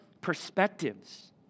perspectives